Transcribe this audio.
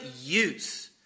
use